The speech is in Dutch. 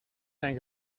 zijn